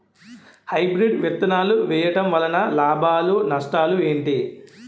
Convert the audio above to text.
Hybrid విత్తనాలు వేయటం వలన లాభాలు నష్టాలు ఏంటి?